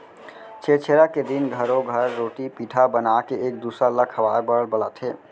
छेरछेरा के दिन घरो घर रोटी पिठा बनाके एक दूसर ल खाए बर बलाथे